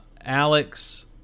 alex